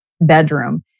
bedroom